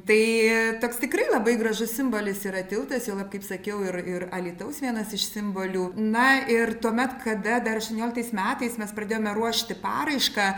tai toks tikrai labai gražus simbolis yra tiltas juolab kaip sakiau ir ir alytaus vienas iš simbolių na ir tuomet kada dar aštuonioliktais metais mes pradėjome ruošti paraišką